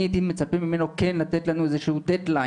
אני הייתי מצפה ממנו כן לתת לנו איזה שהוא דד-ליין.